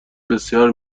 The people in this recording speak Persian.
بسیار